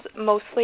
mostly